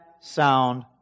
sound